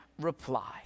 reply